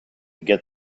get